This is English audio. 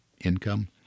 income